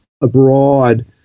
abroad